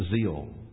zeal